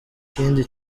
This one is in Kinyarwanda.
kindi